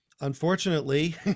Unfortunately